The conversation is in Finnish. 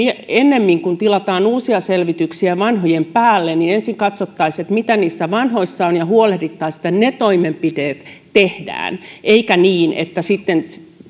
ennemmin kuin tilaamme uusia selvityksiä vanhojen päälle ensin katsoisimme mitä niissä vanhoissa on ja huolehtisimme että ne toimenpiteet tehdään eikä niin että sitten